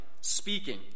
speaking